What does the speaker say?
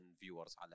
viewers